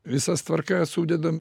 visas tvarkas sudedam